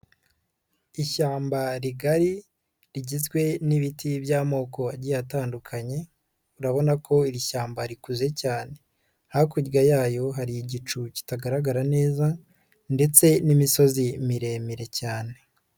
Ishyamba rigari rigizwe n'ibiti by'amoko agiye atandukanye urabona ko iri shyamba rikuze cyane, hakurya yayo hari igicu kitagaragara neza ndetse n'imisozi miremire cyane.